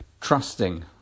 trusting